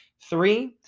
Three